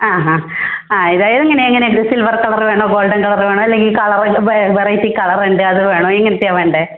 ആ ഹാ ആ ഏതായാലും എങ്ങനെ എങ്ങനെ ഇത് സിൽവർ കളറ് വേണോ ഗോൾഡൻ കളറ് വേണോ അല്ലെങ്കിൽ കളറ് വെറൈറ്റി കളറുണ്ട് അതുവേണോ എങ്ങനത്തെയാണ് വേണ്ടത്